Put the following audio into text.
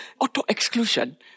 auto-exclusion